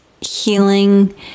healing